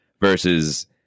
versus